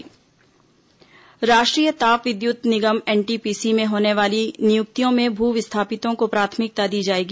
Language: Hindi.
एनटीपीसी भू विस्थापित राष्ट्रीय ताप विद्युत निगम एनटीपीसी में होने वाली नियुक्तियों में भू विस्थापितों को प्राथमिकता दी जाएगी